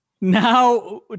Now